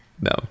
No